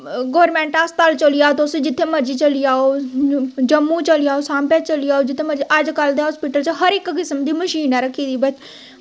government अस्ताल चली जाओ तुस जित्थें मर्ज़ी चली जाओ तुस जम्मू चली जाओ सांबा चली जाओ जित्थें मर्ज़ी अज्जकल दे हॉस्पिटल हर इक्क तरह दियां मशीनां रक्खी दियां